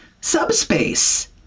subspace